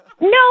No